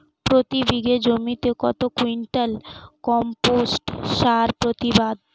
প্রতি বিঘা জমিতে কত কুইন্টাল কম্পোস্ট সার প্রতিবাদ?